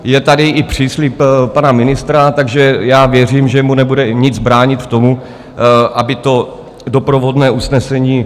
Je tady i příslib pana ministra, takže já věřím, že mu nebude nic bránit v tom, aby to doprovodné usnesení...